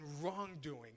wrongdoing